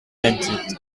èxit